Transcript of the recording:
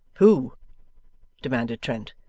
who demanded trent.